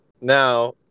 Now